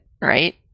right